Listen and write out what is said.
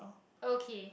okay